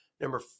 number